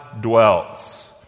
dwells